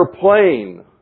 plane